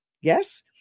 Yes